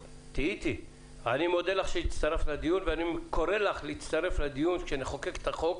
אני קורא לך להצטרף לדיון כשנחוקק את החוק.